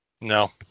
No